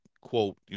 quote